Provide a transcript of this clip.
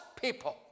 people